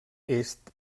est